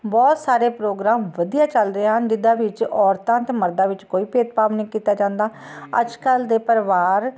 ਬਹੁਤ ਸਾਰੇ ਪ੍ਰੋਗਰਾਮ ਵਧੀਆ ਚਲ ਰਹੇ ਹਨ ਜਿਹਦੇ ਵਿੱਚ ਔਰਤਾਂ ਅਤੇ ਮਰਦਾਂ ਵਿੱਚ ਕੋਈ ਭੇਦਭਾਵ ਨਹੀਂ ਕੀਤਾ ਜਾਂਦਾ ਅੱਜ ਕੱਲ੍ਹ ਦੇ ਪਰਿਵਾਰ